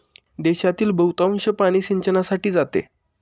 देशातील बहुतांश पाणी सिंचनासाठी जाते